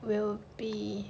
will be